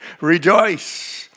rejoice